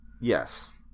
Yes